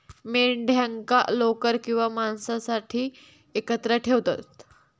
मेंढ्यांका लोकर किंवा मांसासाठी एकत्र ठेवतत